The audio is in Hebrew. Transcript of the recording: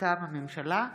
מטעם הממשלה,